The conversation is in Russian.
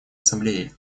ассамблеей